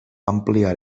ampliar